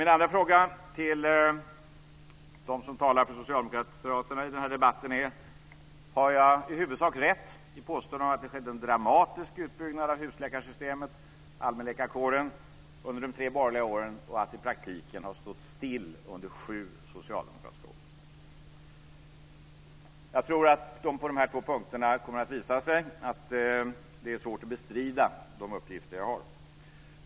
Min andra fråga till dem som talar för socialdemokraterna i den här debatten är: Har jag i huvudsak rätt i påståendet att det skedde en dramatisk utbyggnad av husläkarsystemet och allmänläkarkåren under de tre borgerliga åren och att det i praktiken har stått still under sju socialdemokratiska år? Jag tror att det på de här två punkterna kommer att visa sig att det är svårt att bestrida de uppgifter jag har.